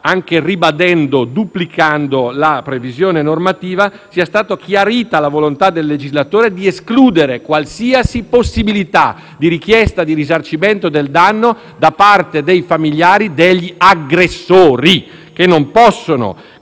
anche ribadendo e duplicando la previsione normativa, sia stata chiarita la volontà del legislatore di escludere qualsiasi possibilità di richiesta di risarcimento del danno da parte dei familiari degli aggressori, che non possono,